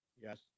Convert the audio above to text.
Yes